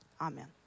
Amen